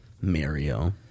Mario